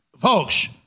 folks